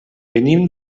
venim